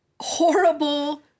horrible